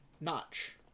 Notch